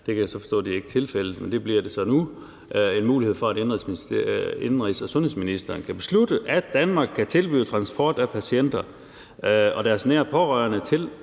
det kan jeg så forstå ikke er tilfældet. Det bliver der så nu, altså en mulighed for, at indenrigs- og sundhedsministeren kan beslutte, at Danmark kan tilbyde transport af patienter og deres nære pårørende til